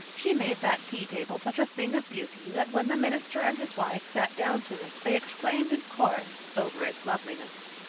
she made that tea table such a thing of beauty that when the minister and his wife sat down to it they exclaimed in chorus over it loveliness.